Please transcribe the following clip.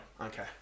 Okay